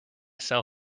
sell